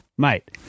Mate